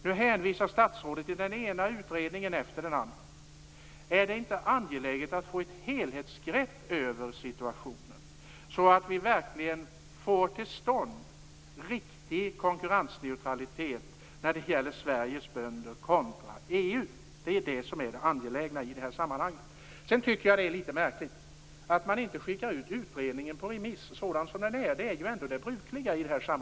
Nu hänvisar statsrådet till den ena utredningen efter den andra. Är det inte angeläget att få ett helhetsgrepp över situationen, så att vi verkligen får till stånd riktig konkurrensneutralitet när det gäller Sveriges bönder kontra EU? Det är ju det som är det angelägna i det här sammanhanget. Jag tycker att det är litet märkligt att man inte skickar ut utredningen på remiss sådan som den är. Det är ju ändå det brukliga.